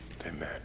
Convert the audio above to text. Amen